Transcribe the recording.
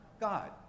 God